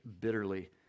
bitterly